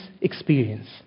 experience